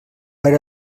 per